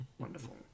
Wonderful